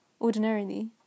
Ordinarily